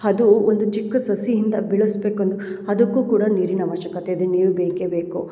ಅದು ಒಂದು ಚಿಕ್ಕ ಸಸಿಯಿಂದ ಬೆಳೆಸ್ಬೇಕು ಅಂದರೂ ಅದಕ್ಕು ಕೂಡ ನೀರಿನ ಆವಶ್ಯಕತೆ ಇದೆ ನೀರು ಬೇಕೇ ಬೇಕು